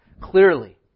clearly